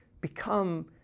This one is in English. become